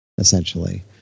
essentially